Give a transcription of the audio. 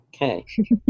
Okay